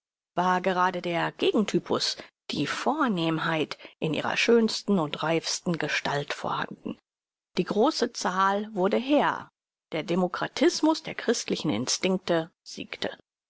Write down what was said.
war gerade der gegentypus die vornehmheit in ihrer schönsten und reifsten gestalt vorhanden die große zahl wurde herr der demokratismus der christlichen instinkte siegte